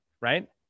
right